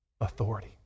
authority